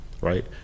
right